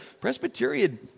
Presbyterian